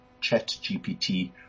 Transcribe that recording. ChatGPT